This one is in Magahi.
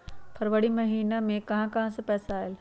फरवरी महिना मे कहा कहा से पैसा आएल?